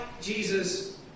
Jesus